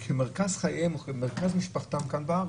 אבל מרכז חייהם או מרכז משפחתם הוא כאן בארץ,